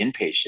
inpatient